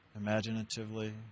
imaginatively